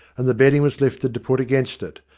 and the bedding was lifted to put against it,